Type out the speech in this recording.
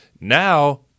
now